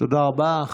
תודה רבה.